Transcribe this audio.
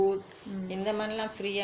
mm